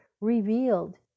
revealed